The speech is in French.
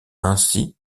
ainsi